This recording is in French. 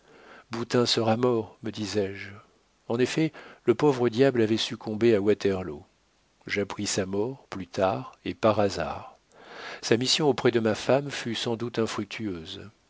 boutin sera mort me disais-je en effet le pauvre diable avait succombé à waterloo j'appris sa mort plus tard et par hasard sa mission auprès de ma femme fut sans doute infructueuse